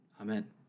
Amen